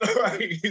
Right